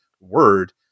word